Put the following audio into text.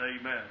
amen